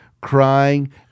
Crying